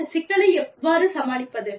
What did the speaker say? இந்த சிக்கலை எவ்வாறு சமாளிப்பது